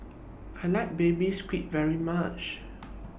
I like Baby Squid very much